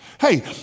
Hey